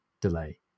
delay